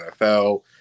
nfl